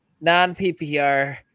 Non-PPR